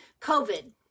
COVID